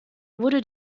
wurde